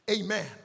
Amen